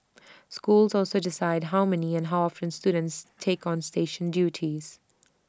schools also decide how many and how often students take on station duties